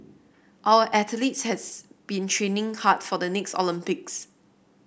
our athletes has been training hard for the next Olympics